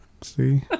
See